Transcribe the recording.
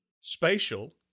Spatial